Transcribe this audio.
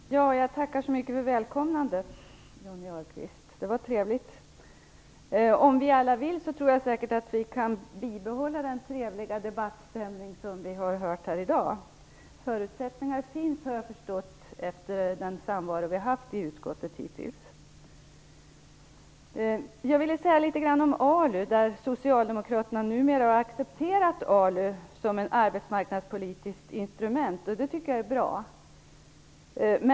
Herr talman! Jag tackar så mycket för välkomnandet, Johnny Ahlqvist. Det var trevligt. Om vi alla vill, tror jag säkert att vi kan behålla den trevliga debattstämning som vi har haft här idag. Jag har förstått att förutsättningar finns efter den samvaro vi hittills har haft i utskottet. Jag vill säga något om ALU. Socialdemokraterna har numera accepterat ALU som ett arbetsmarknadspolitiskt instrument. Det tycker jag är bra.